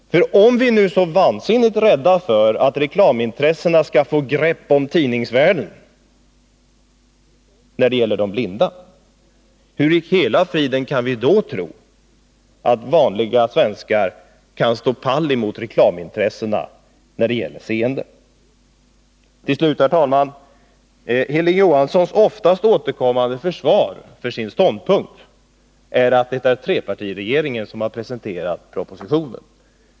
Om vi nu är så vansinnigt rädda för att reklamintressena skall få grepp om tidningsvärlden när det gäller de blinda, hur i hela friden kan vi då tro att vanliga svenskar skall stå pall emot reklamintressena när det gäller seende? Till slut, herr talman! Hilding Johanssons oftast återkommande försvar för sin ståndpunkt är att det är trepartiregeringen som har presenterat propositionen.